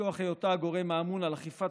מכוח היותה הגורם האמון על אכיפת